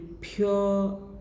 pure